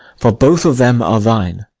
for both of them are thine.